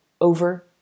over